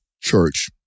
church